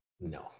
no